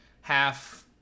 half